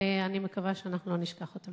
ואני מקווה שאנחנו לא נשכח אותם.